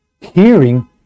Hearing